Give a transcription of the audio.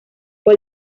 fue